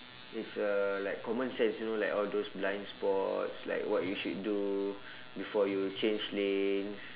it's uh like common sense you know like all those blind spots like what you should do before you change lanes